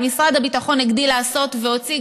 אבל משרד הביטחון הגדיל לעשות והוציא,